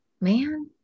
man